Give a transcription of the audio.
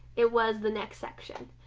it was the next section.